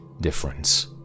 difference